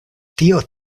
tio